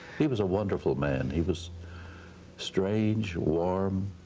he was a wonderful man. he was strange, warm.